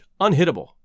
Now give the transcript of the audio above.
unhittable